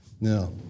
Now